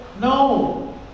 No